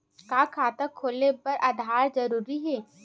का खाता खोले बर आधार जरूरी हे?